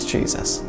Jesus